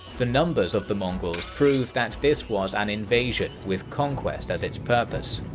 the numbers of the mongols prove that this was an invasion with conquest as its purpose.